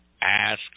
Ask